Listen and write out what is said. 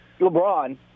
LeBron